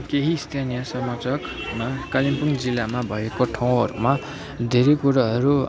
केही स्थानीय समाचकमा कालिम्पोङ जिल्लामा भएको ठाउँहरूमा धेरै कुराहरू